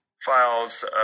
files